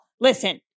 Listen